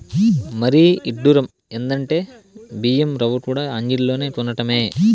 మరీ ఇడ్డురం ఎందంటే బియ్యం రవ్వకూడా అంగిల్లోనే కొనటమే